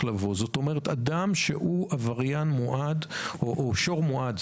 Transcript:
אדם שהוא עבריין מועד או שור מועד,